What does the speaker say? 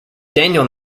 daniell